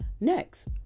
Next